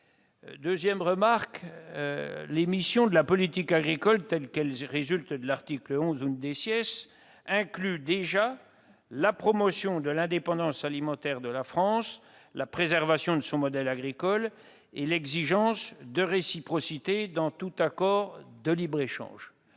à dire que les missions de la politique agricole, telles qu'elles résultent de l'article 11 , incluent déjà la promotion de l'indépendance alimentaire de la France, la préservation de son modèle agricole et l'exigence de réciprocité dans tout accord de libre-échange.